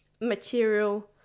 material